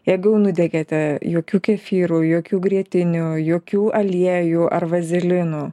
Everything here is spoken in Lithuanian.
jeigu jau nudegėte jokių kefyrų jokių grietinių jokių aliejų ar vazelinų